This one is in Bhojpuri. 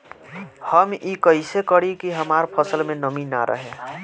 हम ई कइसे करी की हमार फसल में नमी ना रहे?